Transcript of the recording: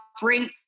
Bring